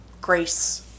grace